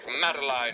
Madeline